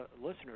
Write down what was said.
listeners